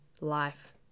life